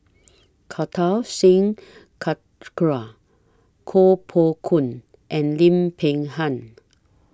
Kartar Singh Thakral Koh Poh Koon and Lim Peng Han